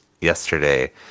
yesterday